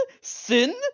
Sin